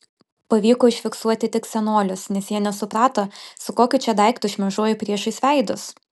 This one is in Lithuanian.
pavyko užfiksuoti tik senolius nes jie nesuprato su kokiu čia daiktu šmėžuoju priešais veidus